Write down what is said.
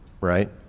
right